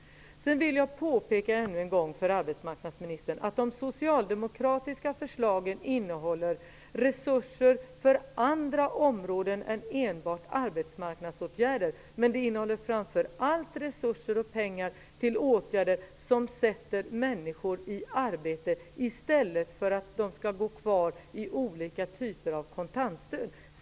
Sedan vill jag ännu en gång påpeka för arbetsmarknadsministern att de socialdemokratiska förslagen innehåller resurser för andra områden än enbart arbetsmarknadsåtgärder, men de innehåller framför allt resurser till åtgärder som sätter männsiskor i arbete i stället för att de skall gå kvar i olika typer av kontantstöd.